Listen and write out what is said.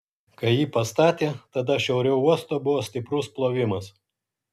kai jį pastatė tada šiauriau uosto buvo stiprus plovimas